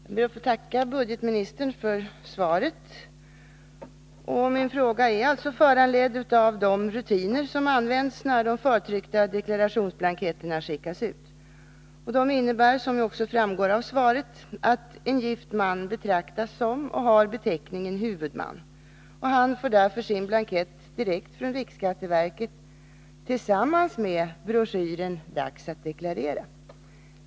Herr talman! Jag ber att få tacka budgetministern för svaret. Min fråga är alltså föranledd av de rutiner som används när de förtryckta deklarationsblanketterna skickas ut. De innebär, som ju också framgår av svaret, att en gift man betraktas som — och har beteckningen — huvudman. Han får därför sin blankett direkt från riksskatteverket tillsammans med broschyren Dags att deklarera.